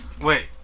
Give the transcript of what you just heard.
Wait